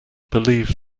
believe